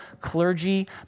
clergy